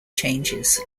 changes